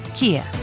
Kia